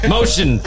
Motion